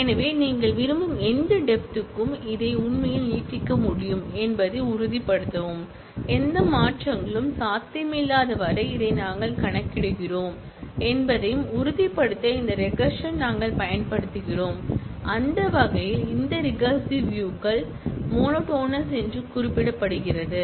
எனவே நீங்கள் விரும்பும் எந்த டெப்த்க்கும் இதை உண்மையில் நீட்டிக்க முடியும் என்பதை உறுதிப்படுத்தவும் எந்த மாற்றங்களும் சாத்தியமில்லாத வரை இதை நாங்கள் கணக்கிடுகிறோம் என்பதையும் உறுதிப்படுத்த இந்த ரெகர்ஷன் நாங்கள் பயன்படுத்துகிறோம் அந்த வகையில் இந்த ரிகரசிவ்வியூ கள் மோனோடானஸ் என்று கூறப்படுகிறது